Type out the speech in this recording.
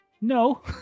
No